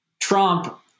Trump